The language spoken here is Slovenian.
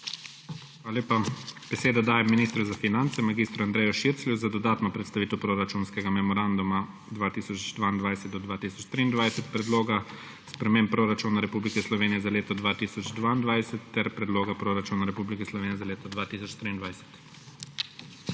Hvala lepa. Besedo dajem ministru za finance mag. Andreju Širclju za dodatno predstavitev proračunskega memoranduma 2022−2023, Predloga sprememb Proračuna Republike Slovenije za leto 2022 ter Predloga proračuna Republike Slovenije za leto 2023. **MAG.